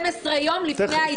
112 יום לפני ההתפזרות,